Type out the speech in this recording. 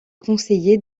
conseiller